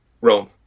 Rome